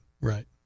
right